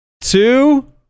two